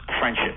friendship